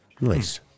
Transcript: Nice